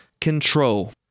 control